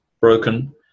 broken